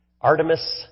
Artemis